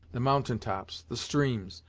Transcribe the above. the mountain-tops, the streams,